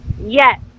Yes